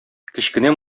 кечкенә